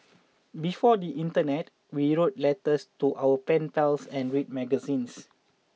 before the internet we wrote letters to our pen pals and read magazines